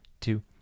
two